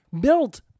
built